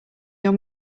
your